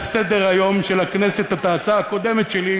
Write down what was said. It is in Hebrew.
סדר-היום של הכנסת את ההצעה הקודמת שלי,